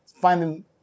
finding